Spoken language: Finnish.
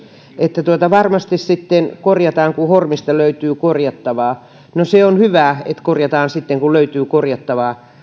että varmasti sitten korjataan kun hormista löytyy korjattavaa no se on hyvä että korjataan sitten kun löytyy korjattavaa